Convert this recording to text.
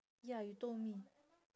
ya you told me